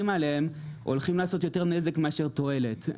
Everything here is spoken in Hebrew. עליהם הולכים לעשות יותר נזק מאשר תועלת.